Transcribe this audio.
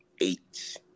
eight